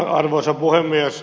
arvoisa puhemies